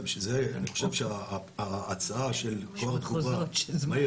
בגלל זה אני חושב שההצעה של כוח תגובה מהיר